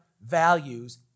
values